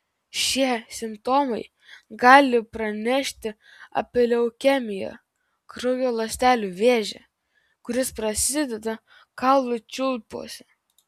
šie simptomai gali pranešti apie leukemiją kraujo ląstelių vėžį kuris prasideda kaulų čiulpuose